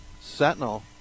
Sentinel